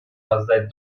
воздать